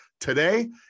Today